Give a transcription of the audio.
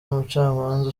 umucamanza